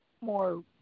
more